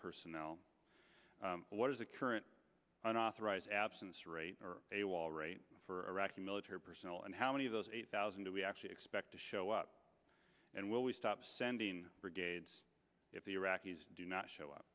personnel what is the current unauthorized absence rate or a wall rate for iraqi military personnel and how many of those eight thousand do we actually expect to show up and will we stop sending brigades if the iraqis do not show up